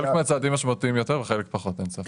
חלק מהצעדים משמעותיים יותר וחלק פחות, אין ספק.